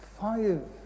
five